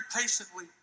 patiently